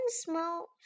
small